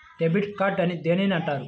Debit card అని దేనిని అంటారు?